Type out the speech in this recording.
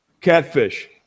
CATFISH